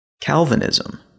Calvinism